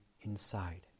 inside